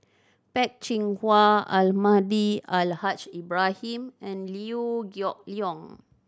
Peh Chin Hua Almahdi Al Haj Ibrahim and Liew Geok Leong